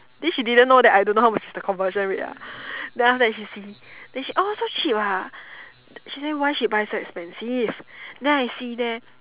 then she didn't know that I don't know how much is the conversion rate ah then after that she see then she oh so cheap ah she say why she buy so expensive then I see there